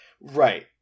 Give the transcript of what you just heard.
Right